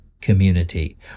community